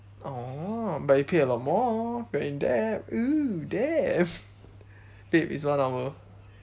orh but you pay a lot more we're in debt !ooh! damn babe it's one hour